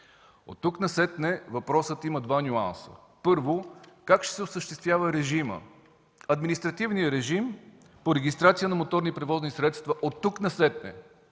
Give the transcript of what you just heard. От тук насетне въпросът има два нюанса. Първо, как ще се осъществява режимът – административният режим по регистрация на моторни превозни средства оттук насетне